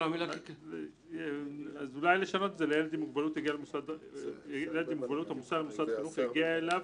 אז אולי לשנות את זה ל"ילד עם מוגבלות המוסע למוסד חינוך יגיע אליו